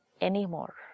anymore